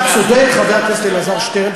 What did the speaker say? צודק חבר הכנסת אלעזר שטרן.